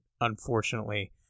unfortunately